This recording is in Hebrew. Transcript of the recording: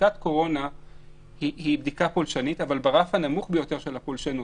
בדיקת קורונה היא בדיקה פולשנית אבל ברף הנמוך ביותר של הפולשנות,